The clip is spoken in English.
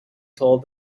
told